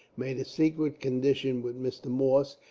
made a secret condition with mr. morse,